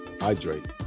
Hydrate